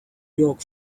york